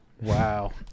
Wow